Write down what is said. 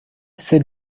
sit